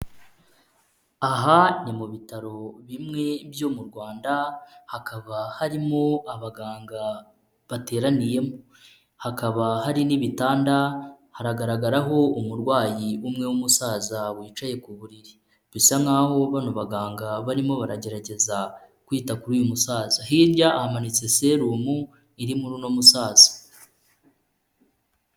Aha ni mu bitaro bimwe byo mu Rwanda, hakaba harimo abaganga bateraniyemo. Hakaba hari n'ibitanda haragaragaraho umurwayi umwe w'umusaza wicaye ku buriri. Bisa nkaho bano baganga barimo baragerageza kwita kuri uyu musaza. Hirya hamanitse serumu iri muri uno musaza.